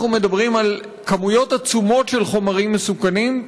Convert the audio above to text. אנחנו מדברים על כמויות עצומות של חומרים מסוכנים,